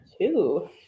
Two